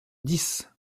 dix